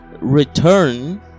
return